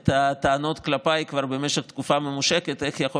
את הטענות כלפיי במשך תקופה ממושכת: איך יכול